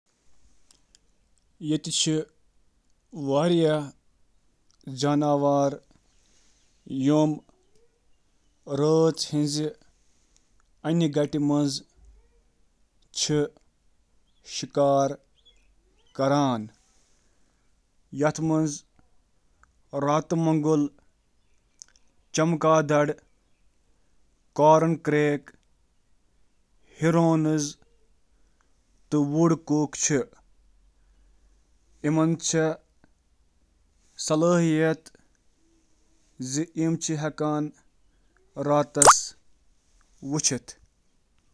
آ، کینٛہہ جاناوار چھِ رٲژ منٛز شکار کران، یَتھ منٛز راتہٕ مۄغل تہٕ نائٹ ہاکس شٲمِل چھِ۔ تمن چِھ واریاہ موافقت یم تمن راتس شکار کرنس منٛز مدد چِھ کران، یتھ منٛز شٲمل: بٔڑ أچھ، راڈ سیل ہیڈ گردش تہٕ باقی۔